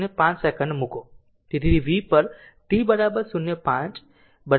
5 second પર મૂકો તેથી v પર t 0